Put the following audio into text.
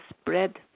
spread